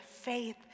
faith